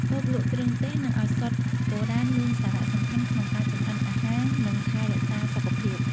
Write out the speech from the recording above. តូបលក់គ្រឿងទេស និងឱសថបុរាណមានសារសំខាន់ក្នុងការចម្អិនអាហារនិងថែរក្សាសុខភាព។